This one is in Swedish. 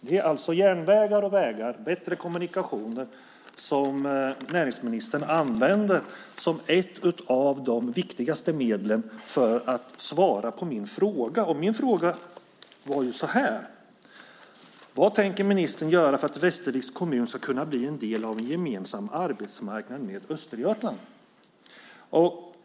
Det är alltså vägar och järnvägar, det vill säga bättre kommunikationer, som näringsministern använder som ett av de viktigaste medlen för att svara på min fråga. Min fråga var ju så här: Vad tänker ministern göra för att Västerviks kommun ska kunna bli en del av en gemensam arbetsmarknad med Östergötland?